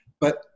But-